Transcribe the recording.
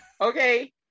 okay